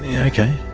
yeah okay,